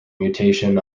mutation